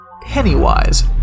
Pennywise